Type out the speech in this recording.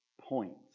points